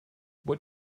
what